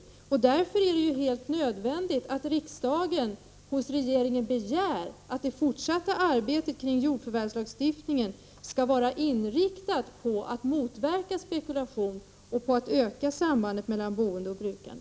Det är därför nödvändigt att riksdagen hos regeringen begär att det fortsatta arbetet kring jordförvärvslagstiftningen skall vara inriktat på att motverka spekulation och på att öka sambandet mellan boende och brukande.